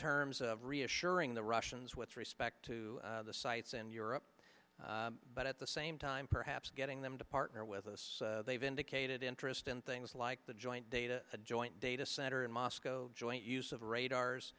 terms of reassuring the russians with respect to the sites in europe but at the same time perhaps getting them to partner with us they've indicated interest in things like the joint data a joint data center in moscow joint use of radars